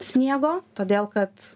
sniego todėl kad